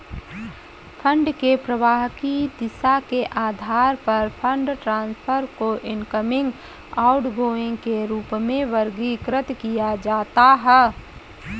fund के प्रवाह की दिशा के आधार पर फंड ट्रांसफर को इनकमिंग, आउटगोइंग के रूप में वर्गीकृत किया जाता है